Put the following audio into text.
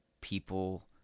people